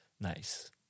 nice